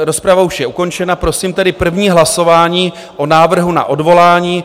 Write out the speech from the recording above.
Rozprava už je ukončena, prosím tedy první hlasování o návrhu na odvolání.